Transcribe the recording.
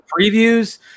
previews